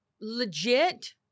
legit